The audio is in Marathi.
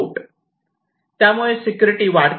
त्यामुळे सिक्युरिटी वाढते